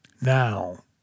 now